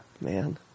Man